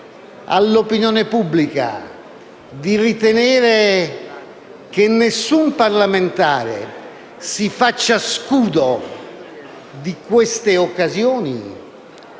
all'opinione pubblica di ritenere che nessun parlamentare si faccia scudo di queste occasioni,